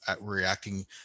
reacting